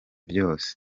byose